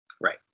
Right